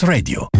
Radio